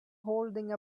holding